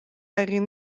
egin